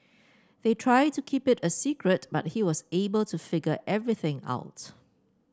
they tried to keep it a secret but he was able to figure everything out